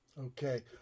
Okay